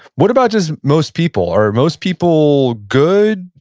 what about just most people? are most people good?